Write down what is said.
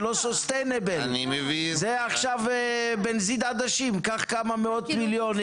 זה עכשיו בנזיד עדשים: קח כמה מיליונים.